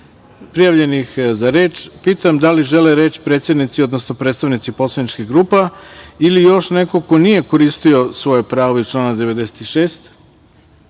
prijavljenih za reč, pitam da li ćele reč predsednici, odnosno predstavnici poslaničkih grupa ili još neko ko nije iskoristio svoje pravo iz člana 96.